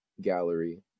gallery